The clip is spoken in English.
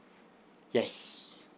yes